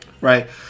Right